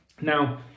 Now